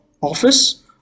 office